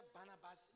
Barnabas